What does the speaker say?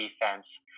defense